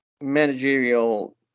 managerial